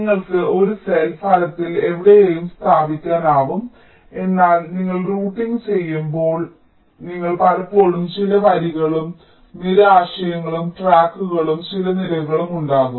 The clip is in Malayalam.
നിങ്ങൾക്ക് ഒരു സെൽ ഫലത്തിൽ എവിടെയും സ്ഥാപിക്കാനാകും എന്നാൽ നിങ്ങൾ റൂട്ടിംഗ് ചെയ്യുമ്പോൾ നിങ്ങൾക്ക് പലപ്പോഴും ചില വരികളും നിര ആശയങ്ങളും ട്രാക്കുകളും ചില നിരകളും ഉണ്ടാകും